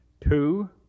two